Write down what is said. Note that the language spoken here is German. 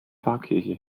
pfarrkirche